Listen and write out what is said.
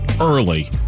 Early